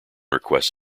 requests